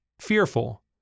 fearful